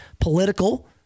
political